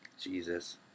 Jesus